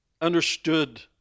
understood